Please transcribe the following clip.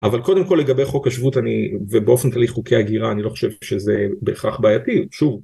אבל קודם כל לגבי חוק השבות אני ובאופן כללי חוקי הגירה אני לא חושב שזה בהכרח בעייתי שוב